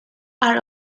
are